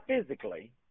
physically